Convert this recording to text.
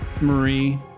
marie